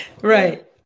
Right